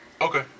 Okay